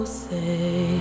say